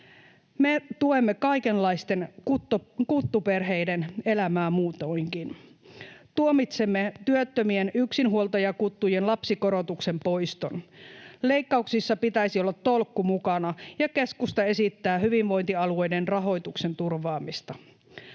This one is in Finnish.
Me tuemme kaikenlaisten kuttuperheiden elämää muutoinkin. Tuomitsemme työttö-mien yksinhuoltajakuttujen lapsikorotuksen poiston. Leikkauksissa pitäisi olla tolkku mukana, ja keskusta esittää hyvinvointialueiden rahoituksen turvaamista.